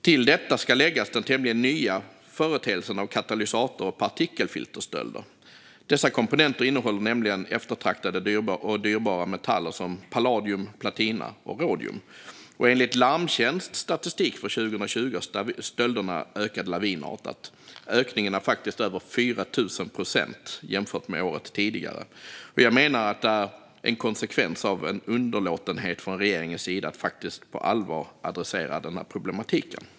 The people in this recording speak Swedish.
Till detta ska läggas den tämligen nya företeelsen katalysator och partikelfilterstölder. Dessa komponenter innehåller nämligen eftertraktade och dyrbara metaller som palladium, platina och rodium. Enligt Larmtjänsts statistik för 2020 har stölderna ökat lavinartat. Ökningen är faktiskt över 4 000 procent jämfört med året innan. Jag menar att detta är en konsekvens av underlåtenhet från regeringens sida att på allvar adressera problematiken.